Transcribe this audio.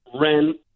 rent